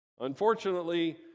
Unfortunately